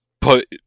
put